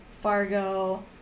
Fargo